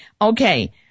Okay